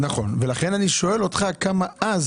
לכן אני שואל אותך כמה אז